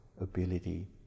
ability